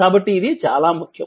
కాబట్టి ఇది చాలా ముఖ్యం